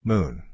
Moon